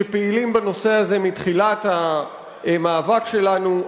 שפעילים בנושא הזה מתחילת המאבק שלנו,